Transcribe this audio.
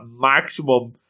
maximum